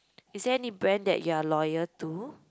is there any brand that you are loyal to